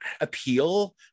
appeal